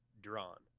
drawn